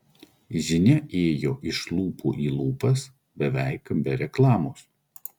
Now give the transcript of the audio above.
žinia ėjo iš lūpų į lūpas beveik be reklamos